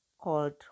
called